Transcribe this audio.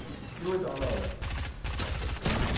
fewer down um elements will help this one.